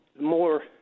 more